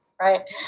right